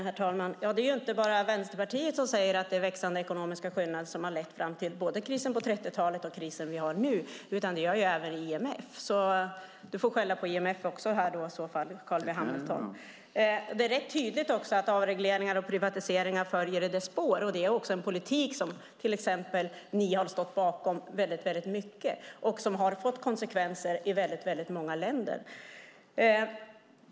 Herr talman! Det är inte bara Vänsterpartiet som säger att det är växande ekonomiska skillnader som har lett fram till både krisen på 30-talet och krisen som vi har nu, utan det gör även IMF, så du får i så fall också skälla på IMF, Carl B Hamilton. Det är rätt tydligt också att avregleringar och privatiseringar följer i dess spår. Det är också en politik som ni har stått starkt bakom och som har fått konsekvenser i väldigt många länder.